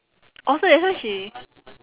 orh so that's why she